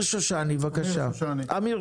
אמיר שושני, בבקשה.